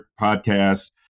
podcast